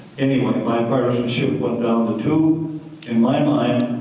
anyway my partisanship went down the tube in my mind.